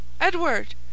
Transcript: Edward